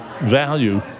value